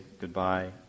goodbye